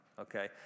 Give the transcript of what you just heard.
Okay